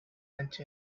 into